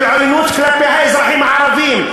של עוינות כלפי האזרחים הערבים,